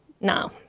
No